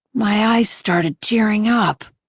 my eyes started tearing up.